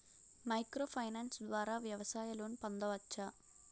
Micro finance ద్వారా వ్యవసాయ loan పొందవచ్చా?